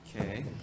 Okay